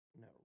No